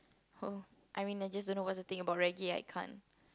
oh I mean I just don't know what's the thing about reggae I can't